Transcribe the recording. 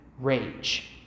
rage